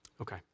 Okay